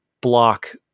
block